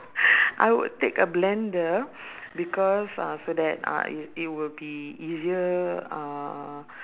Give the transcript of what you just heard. I would take a blender because uh so that uh it it will be easier uh